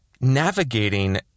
navigating